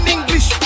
English